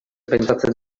pentsatzen